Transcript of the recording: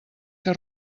que